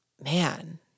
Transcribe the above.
man